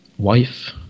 Wife